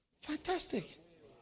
Fantastic